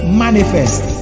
manifest